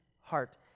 heart